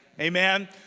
Amen